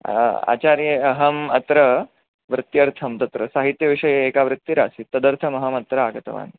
आ आचार्ये अहं अत्र वृत्यर्थं तत्र साहित्यविषये एका वृत्तिरासीत् तदर्थमहमत्र आगतवान्